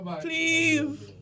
Please